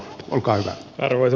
olkaa hyvä